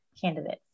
candidates